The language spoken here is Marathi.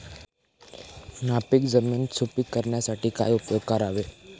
नापीक जमीन सुपीक करण्यासाठी काय उपयोग करावे?